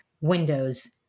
windows